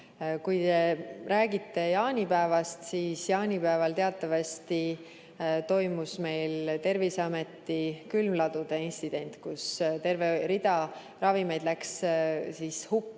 Te räägite jaanipäevast. Jaanipäeval teatavasti toimus meil Terviseameti külmladude intsident, kus terve rida ravimeid läks hukka.